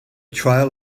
trail